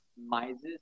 Mises